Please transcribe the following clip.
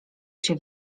się